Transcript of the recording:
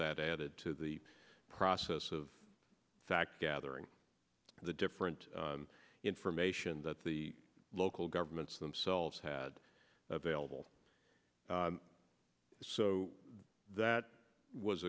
that added to the process of fact gathering the different information that the local governments themselves had available so that was